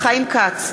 חיים כץ,